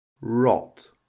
rot